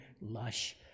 lush